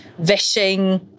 vishing